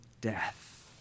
death